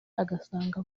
ugasanga